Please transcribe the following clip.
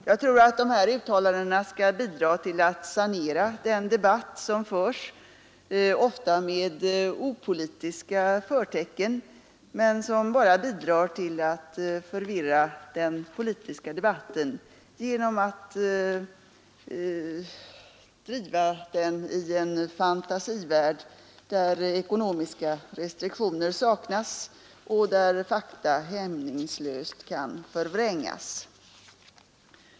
Jag tror att dessa uttalanden skall bidra till att sanera den debatt som förs, ofta med opolitiska förtecken men som bara bidrar till att förvirra den politiska debatten genom att driva den i en fantasivärld, där ekonomiska restriktioner saknas och där fakta hämningslöst kan förvrängas.